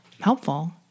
helpful